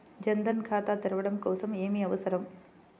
జన్ ధన్ ఖాతా తెరవడం కోసం ఏమి అవసరం?